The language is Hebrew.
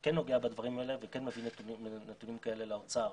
כן נוגע בדברים האלה וכן מביא נתונים כאלה לאוצר,